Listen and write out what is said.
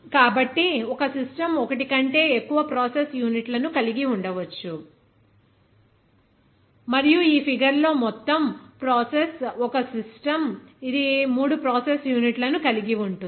కాబట్టి ఒక సిస్టమ్ ఒకటి కంటే ఎక్కువ ప్రాసెస్ యూనిట్లను కలిగి ఉండవచ్చు మరియు ఈ ఫిగర్ లో మొత్తం ప్రాసెస్ ఒక సిస్టమ్ ఇది 3 ప్రాసెస్ యూనిట్లను కలిగి ఉంటుంది